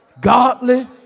Godly